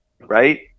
right